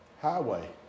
highway